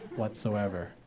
whatsoever